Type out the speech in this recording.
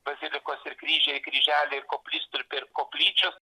bazilikos ir kryžiai kryželiai ir koplytstulpiai ir koplyčios